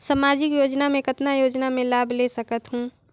समाजिक योजना मे कतना योजना मे लाभ ले सकत हूं?